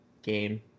game